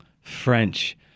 French